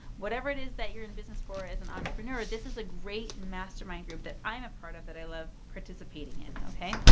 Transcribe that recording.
whatever it is that you're in business for is an entrepreneur, this is a great mastermind group that i'm a part of that i love participating in, okay.